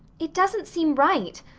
it doesn't seem right.